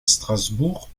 strasbourg